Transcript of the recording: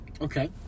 Okay